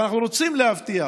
ואנחנו רוצים להבטיח,